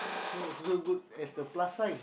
not so good as the plus sign